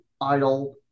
idle